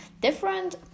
different